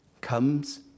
comes